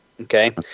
Okay